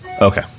Okay